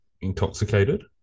intoxicated